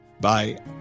Bye